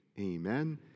Amen